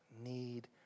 need